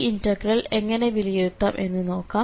ഈ ഇന്റഗ്രൽ എങ്ങനെ വിലയിരുത്താം എന്ന് നോക്കാം